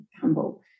humble